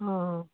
ਹਾਂ